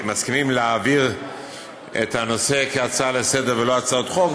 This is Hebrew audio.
מסכימים להעביר את הנושא כהצעה לסדר-היום ולא כהצעות חוק,